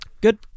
Good